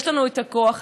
יש לנו את הכוח,